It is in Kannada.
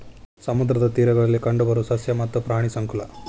ಸಮುದ್ರದ ತೇರಗಳಲ್ಲಿ ಕಂಡಬರು ಸಸ್ಯ ಮತ್ತ ಪ್ರಾಣಿ ಸಂಕುಲಾ